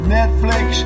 Netflix